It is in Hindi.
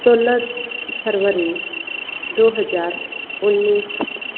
सोलह फरवरी दो हज़ार उन्नीस